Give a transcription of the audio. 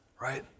right